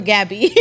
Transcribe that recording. Gabby